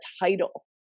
title